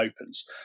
opens